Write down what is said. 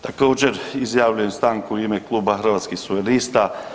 Također izjavljujem stanku u ime Kluba Hrvatskih suverenista.